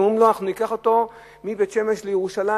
והם אומרים: אנחנו ניקח אותו מבית-שמש לירושלים,